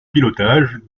pilotage